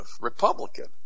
Republican